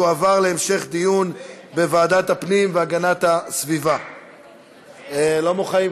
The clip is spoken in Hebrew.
לדיון בוועדת הפנים והגנת הסביבה נתקבלה.